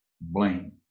blame